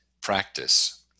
practice